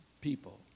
people